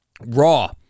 Raw